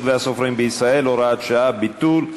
והסופרים בישראל (הוראת שעה) (ביטול),